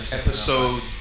episode